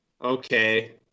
okay